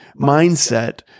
mindset